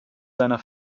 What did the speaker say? seiner